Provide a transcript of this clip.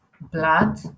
blood